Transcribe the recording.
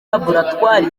laboratwari